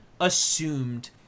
assumed